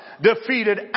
defeated